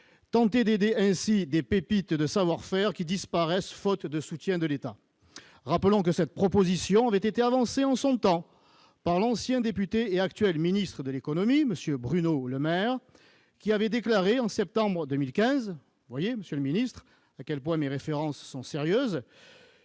tentez d'aider ainsi des pépites de savoir-faire qui disparaissent, faute de soutien de l'État ! Rappelons que cette proposition avait été avancée, en son temps, par l'ancien député et actuel ministre de l'économie, M. Bruno Le Maire. En septembre 2015, celui-ci déclarait- voyez, monsieur le ministre, à quel point mes références sont sérieuses